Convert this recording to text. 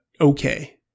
okay